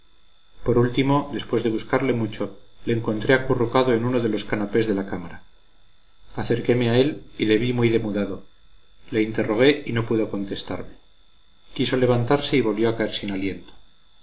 por último después de buscarle mucho le encontré acurrucado en uno de los canapés de la cámara acerqueme a él y le vi muy demudado le interrogué y no pudo contestarme quiso levantarse y volvió a caer sin aliento